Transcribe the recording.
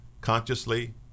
consciously